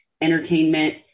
entertainment